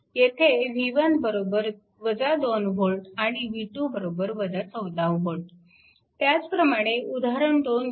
येथे v1 2 V आणि v2 14V त्याचप्रमाणे उदाहरण 2 घ्या